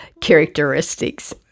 characteristics